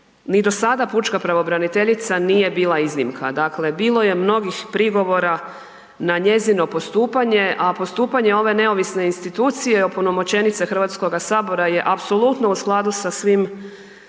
Ni do sada pučka pravobraniteljica nije bila iznimka, dakle bilo je mnogih prigovora na njezino postupanje, a postupanje ove neovisne institucije opunomoćenice HS-a je apsolutno u skladu sa svim